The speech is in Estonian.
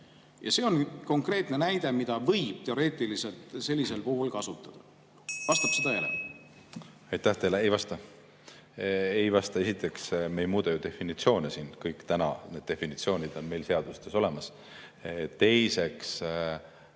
Ja see on konkreetne näide, mida võib teoreetiliselt sellisel puhul kasutada. Vastab see tõele? Aitäh teile! Ei vasta. Ei vasta! Esiteks, me ei muuda siin ju definitsioone. Kõik need definitsioonid on meil seadustes olemas. Teiseks,